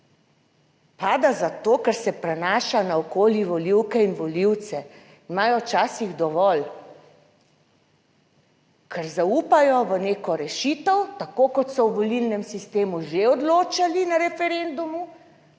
Pada zato, ker se prenaša naokoli volivke in volivce imajo včasih dovolj, ker zaupajo v neko rešitev, tako kot so v volilnem sistemu že odločali na referendumu